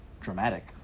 dramatic